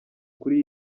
kuri